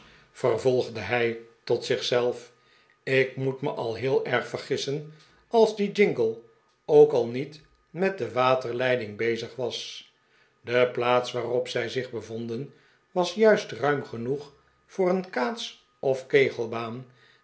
vervolgde hij tot zich zelf ik moet me al heel erg vergissen als die jingle ook al niet met de waterleiding bezig was de plaats waarop zij zich bevonden was juist'ruim genoeg voor een kaats of kegelbaan